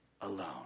alone